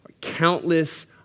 countless